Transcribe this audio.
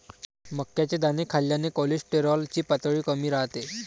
मक्याचे दाणे खाल्ल्याने कोलेस्टेरॉल ची पातळी कमी राहते